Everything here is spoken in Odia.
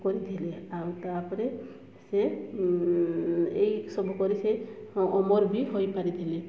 କରିଥିଲେ ଆଉ ତା'ପରେ ସେ ଏଇସବୁ କରି ସେ ଅମର ବି ହୋଇପାରିଥିଲେ